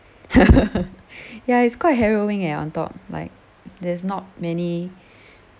ya it's quite harrowing eh on top like there's not many